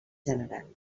general